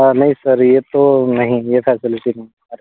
नहीं सर ये तो नहीं ये फैसिलिटी नहीं हमारे पास